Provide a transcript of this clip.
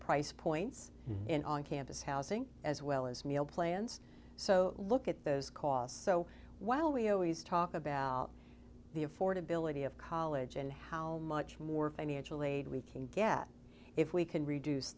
price points and on campus housing as well as meal plans so look at those costs so while we always talk about the affordability of college and how much more financial aid we can get if we can reduce